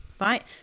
right